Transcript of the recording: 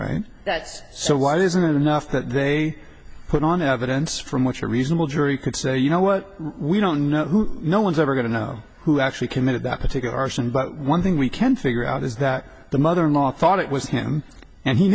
that's so why isn't it enough that they put on evidence from which a reasonable jury could say you know what we don't know who no one's ever going to know who actually committed that particular arson but one thing we can figure out is that the mother in law thought it was him and he